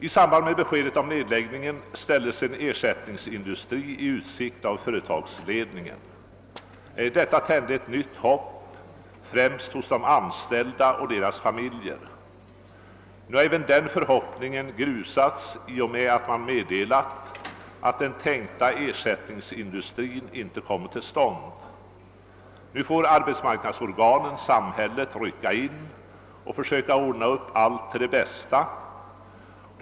I samband med beskedet om nedläggningen ställde företagsledningen i utsikt att det skulle anordnas en ersättningsindustri. Detta tände ett nytt hopp främst hos de anställda och deras familjer. Nu har även den förhoppningen grusats i och med ett meddelande om att den tänkta ersättningsindustrin sannolikt inte kommer till stånd. Nu får samhällets arbetsmarknadsorgan rycka in och försöka ordna upp allt till det bästa.